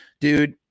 dude